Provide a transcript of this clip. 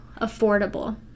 affordable